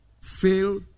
fail